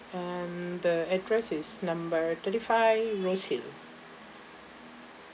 and the address is number thirty five rose hill